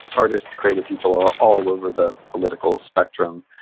artists, creative people are all over the political spectrum,